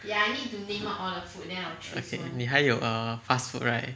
okay err 你还有 fast food right